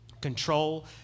control